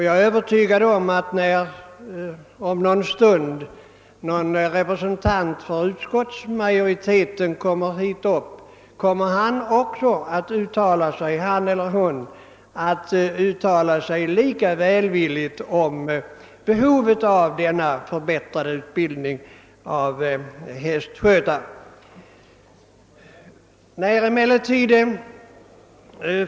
Jag är säker på att när om en stund någon representant för utskottsmajoriteten tar till orda, kommer han eller hon att uttala sig lika välvilligt som de tidigare talarna om behovet av en förbättrad utbildning för hästskötare.